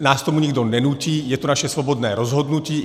Nás k tomu nikdo nenutí, je to naše svobodné rozhodnutí.